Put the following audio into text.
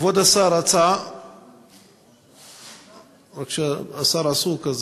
כבוד השר, הצעה רק שהשר עסוק.